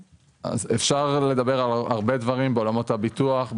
אפשר לדבר על הרבה דברים בעולמות הביטוח,